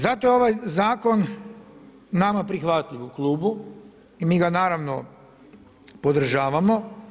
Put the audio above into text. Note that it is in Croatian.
Zato je ovaj zakon nama prihvatljiv u klubu i mi ga naravno podržavamo.